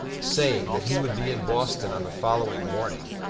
saying that he would be in boston on the following morning,